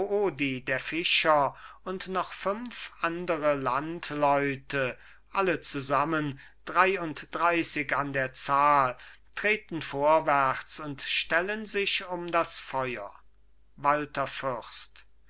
der fischer und noch fünf andere landleute alle zusammen dreiundreissig an der zahl treten vorwärts und stellen sich um das feuer walther fürst